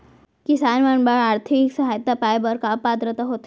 किसान मन बर आर्थिक सहायता पाय बर का पात्रता होथे?